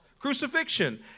crucifixion